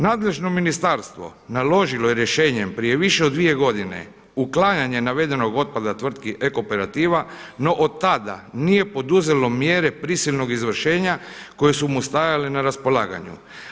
Nadležno ministarstvo naložilo je rješenjem prije više od 2 godine uklanjanje navedenog otpada tvrtki Ecooperativa no od tada nije poduzelo mjere prisilnog izvršenja koje su mu stajale na raspolaganju.